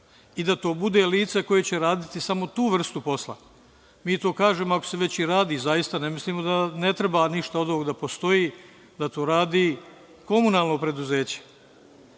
i da to bude lice koje će raditi samo tu vrstu posla. Mi to kažemo, ako se već i radi, zaista ne mislimo da ne treba ništa od ovog da postoji, da to radi komunalno preduzeće. Kazne